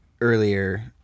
earlier